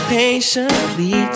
patiently